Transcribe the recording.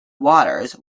waters